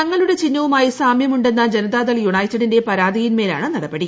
തങ്ങളുട്ടി ചിഹ്നവുമായി സാമ്യമുണ്ടെന്ന ജനതാദൾ യുണൈറ്റഡിന്റെ പരാതിയിൻമേലാണ് നടപടി